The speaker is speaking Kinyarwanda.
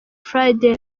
friday